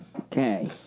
Okay